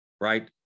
Right